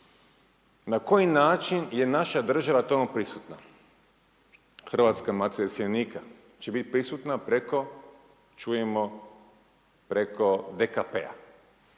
Na koji način je naša država tamo prisutna? Hrvatska matica iseljenika će biti prisutna preko čujemo preko DKP-a